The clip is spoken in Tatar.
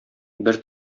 бер